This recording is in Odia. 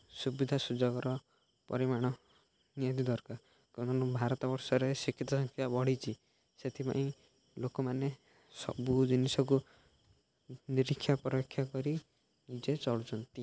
ସୁବିଧା ସୁଯୋଗର ପରିମାଣ ନିହାତି ଦରକାର କାରଣ ଭାରତ ବର୍ଷରେ ଶିକ୍ଷିତ ସଂଖ୍ୟା ବଢ଼ିଛି ସେଥିପାଇଁ ଲୋକମାନେ ସବୁ ଜିନିଷକୁ ନିରୀକ୍ଷା ପରୀକ୍ଷା କରି ନିଜେ ଚଳୁଛନ୍ତି